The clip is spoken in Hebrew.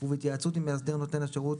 ובהתייעצות עם מאסדר נותן השירות,